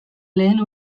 lehen